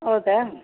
ಹೌದಾ